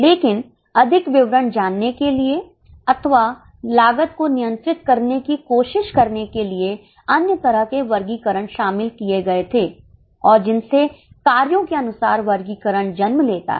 लेकिन अधिक विवरण जानने के लिए अथवा लागत को नियंत्रित करने की कोशिश करने के लिए अन्य तरह के वर्गीकरण शामिल किए गए थे और जिनसे कार्यों के अनुसार वर्गीकरण ने जन्म लिया है